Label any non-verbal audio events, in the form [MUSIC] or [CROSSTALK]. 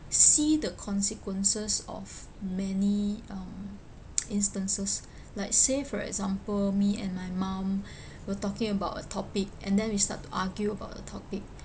see the consequences of many um [NOISE] instances like say for example me and my mum [BREATH] we're talking about a topic and then we start to argue about the topic